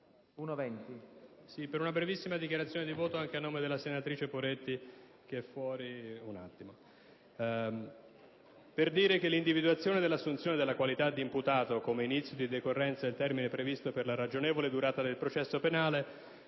Poretti. L'individuazione dell'assunzione della qualità di imputato come inizio di decorrenza del termine previsto per la ragionevole durata del processo penale,